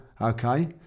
okay